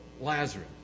Lazarus